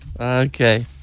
okay